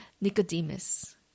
Nicodemus